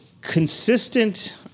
Consistent